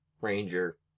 ranger